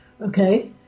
Okay